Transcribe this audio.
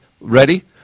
ready